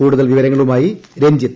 കൂടുതൽ വിവരങ്ങളുമായി രഞ്ജിത്